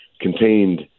contained